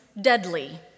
deadly